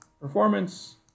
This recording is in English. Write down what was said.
performance